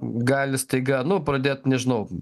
gali staiga nu pradėt nežinau